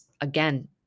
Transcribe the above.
again